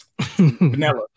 Vanilla